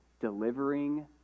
delivering